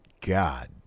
god